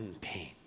pain